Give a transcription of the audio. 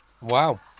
wow